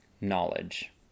knowledge